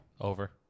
Over